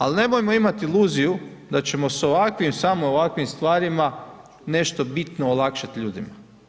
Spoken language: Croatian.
Ali nemojmo imat iluziju da ćemo s ovakvim, samo ovakvim stvarima nešto bitno olakšat ljudima.